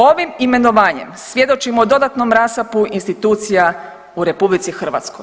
Ovim imenovanjem svjedočimo dodatnom rasapu institucija u RH.